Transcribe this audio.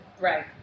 Right